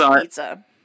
pizza